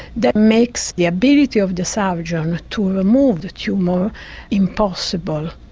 that makes the ability of the surgeon to remove the tumour impossible.